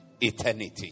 eternity